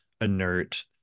inert